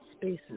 spaces